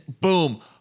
boom